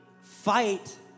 fight